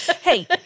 Hey